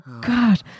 God